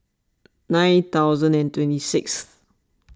nine thousand and twenty sixth